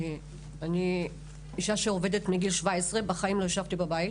אני אישה שעובדת מגיל 17, ומעולם לא ישבתי בבית.